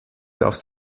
darfst